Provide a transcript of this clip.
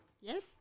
Yes